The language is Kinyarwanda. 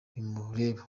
bimureba